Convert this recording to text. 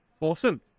Awesome